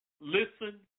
Listen